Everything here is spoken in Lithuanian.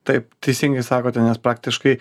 taip teisingai sakote nes praktiškai